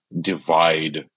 divide